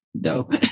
dope